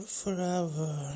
forever